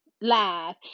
live